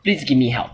please give me help